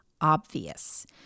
obvious